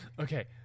Okay